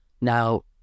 now